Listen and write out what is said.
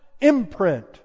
imprint